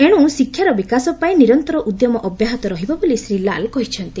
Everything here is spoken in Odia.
ଏଣୁ ଶିକ୍ଷାର ବିକାଶ ପାଇଁ ନିରନ୍ତର ଉଦ୍ୟମ ଅବ୍ୟାହତ ରହିବ ବୋଲି ଶ୍ରୀ ଲାଲ କହିଛନ୍ତି